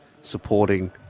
supporting